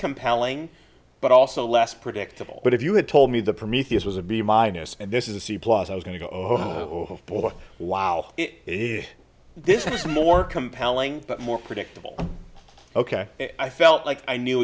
compelling but also less predictable but if you had told me the prometheus was a b minus and this is a c plus i was going to go oh boy wow this was more compelling but more predictable ok i felt like i knew